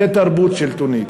זו תרבות שלטונית.